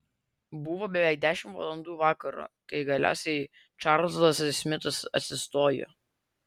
buvo beveik dešimt valandų vakaro kai galiausiai čarlzas smitas atsistojo